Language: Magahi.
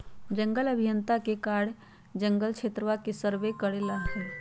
जंगल अभियंता के कार्य जंगल क्षेत्रवा के सर्वे करे ला हई